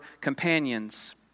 companions